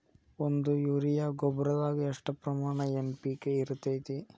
ಒಂದು ಯೂರಿಯಾ ಗೊಬ್ಬರದಾಗ್ ಎಷ್ಟ ಪ್ರಮಾಣ ಎನ್.ಪಿ.ಕೆ ಇರತೇತಿ?